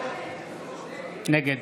נגד